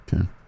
Okay